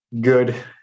good